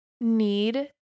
need